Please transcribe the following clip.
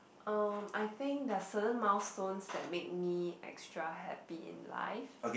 uh I think there are certain milestones that made me extra happy in life